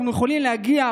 אנחנו יכולים להגיע,